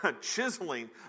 chiseling